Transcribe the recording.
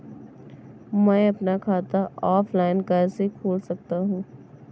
मैं अपना खाता ऑफलाइन कैसे खोल सकता हूँ?